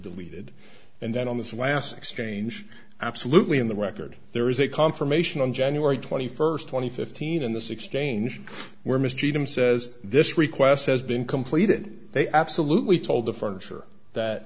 deleted and that on this last exchange absolutely in the record there is a confirmation on january twenty first twenty fifteen in this exchange where miss genome says this request has been completed they absolutely told the furniture that